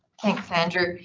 thanks andrew.